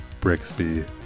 Brixby